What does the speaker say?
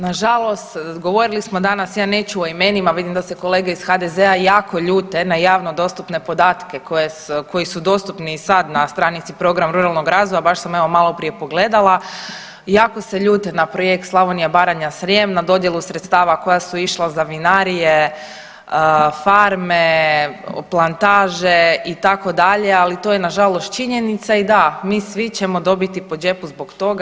Nažalost, govorili smo danas ja neću o imenima, vidim da se kolege iz HDZ-a jako ljute na javno dostupne podatke koji su dostupni i sad na stranici program ruralnog razvoja baš sam evo maloprije pogledala, jako se ljute na Projekt Slavonija, Baranja, Srijem, na dodjelu sredstava koja su išla za vinarije, farme, plantaže itd., ali to je nažalost činjenica i da mi svi ćemo dobiti po džepu zbog toga.